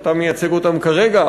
אתה מייצג אותם כרגע,